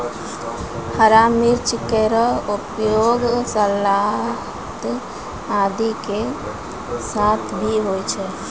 हरा मिर्च केरो उपयोग सलाद आदि के साथ भी होय छै